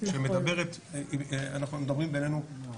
ואנחנו מדברים בינינו.